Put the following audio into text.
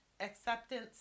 Acceptance